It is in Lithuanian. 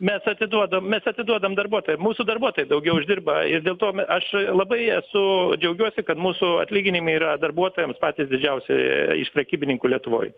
mes atiduodam mes atiduodam darbuotojam mūsų darbuotojai daugiau uždirba ir dėl to aš labai esu džiaugiuosi kad mūsų atlyginimai yra darbuotojams patys didžiausi iš prekybininkų lietuvoj